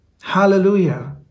Hallelujah